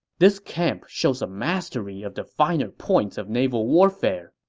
this camp shows a mastery of the finer points of naval warfare!